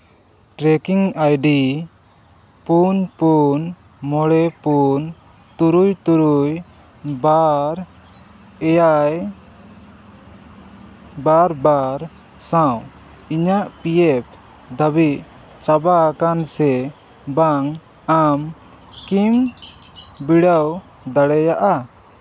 trekking ID ᱯᱩᱱ ᱯᱩᱱ ᱢᱚᱬᱮ ᱯᱩᱱ ᱛᱩᱨᱩᱭ ᱛᱩᱨᱩᱭ ᱵᱟᱨ ᱮᱭᱟᱭ ᱵᱟᱨ ᱵᱟᱨ ᱥᱟᱶ ᱤᱧᱟᱹᱜ ᱯᱤ ᱮᱯᱷ ᱫᱟᱹᱵᱤ ᱪᱟᱵᱟ ᱟᱠᱟᱱ ᱥᱮ ᱵᱟᱝ ᱮᱢ ᱵᱤᱰᱟᱹᱣ ᱫᱟᱲᱮᱭᱟᱜᱼᱟ